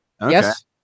Yes